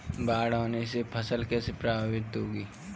बाढ़ आने से फसल कैसे प्रभावित होगी?